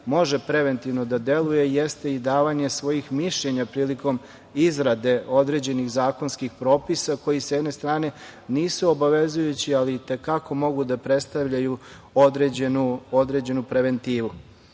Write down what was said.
može preventivno da deluje jeste i davanje svojih mišljenja prilikom izrade određenih zakonskih propisa koji sa jedne strane nisu obavezujući, ali i te kako mogu da predstavljaju određenu preventivu.U